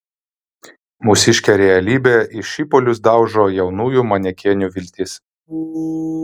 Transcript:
mūsiškė realybė į šipulius daužo jaunųjų manekenių viltis